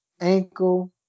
Ankle